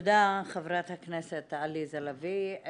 תודה חברת הכנסת עליזה לביא.